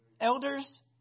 Elders